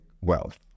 wealth